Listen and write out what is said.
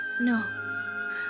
No